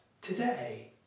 today